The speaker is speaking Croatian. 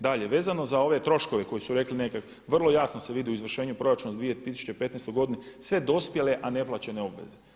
Dalje, vezano za ove troškove koji su rekli neki, vrlo jasno se vidi u izvršenju proračuna za 2015. godinu sve dospjele a neplaćene obveze.